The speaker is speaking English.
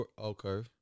Okay